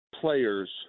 players